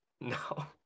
No